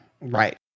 right